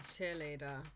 cheerleader